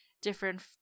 different